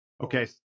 Okay